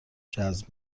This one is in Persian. جذب